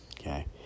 okay